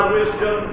wisdom